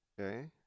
Okay